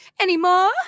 anymore